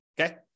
okay